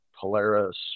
Polaris